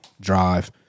drive